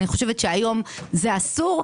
אני חושבת שהיום זה אסור.